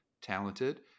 talented